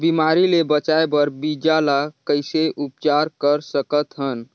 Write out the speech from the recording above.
बिमारी ले बचाय बर बीजा ल कइसे उपचार कर सकत हन?